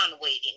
waiting